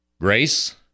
Grace